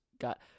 got